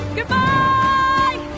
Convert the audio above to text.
Goodbye